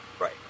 right